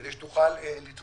כדי שתוכל לתמוך